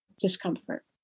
discomfort